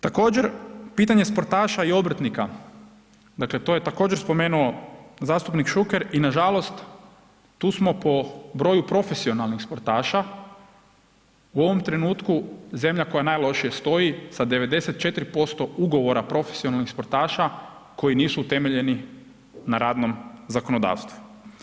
Također, pitanje sportaša i obrtnika, dakle to je također spomenuo zastupnik Šuker i nažalost, tu smo po broju profesionalnih sportaša u ovom trenutku zemlja koja najlošije stoji sa 94% ugovora profesionalnih sportaša koji nisu utemeljeni na radnom zakonodavstvu.